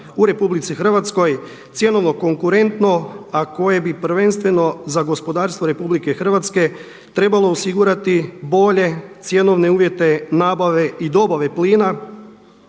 plina u RH, cjenovno konkurentno a koje bi prvenstveno za gospodarstvo RH trebalo osigurati bolje cjenovne uvjete nabave i dobave plina,